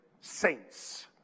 saints